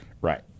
right